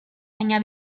baina